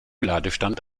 ladestand